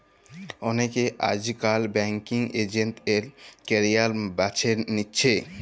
অলেকে আইজকাল banking agent এর ক্যারিয়ার বাছে লিছে